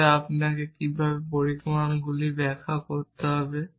তবে আপনাকে কীভাবে পরিমাণগুলি ব্যাখ্যা করতে হবে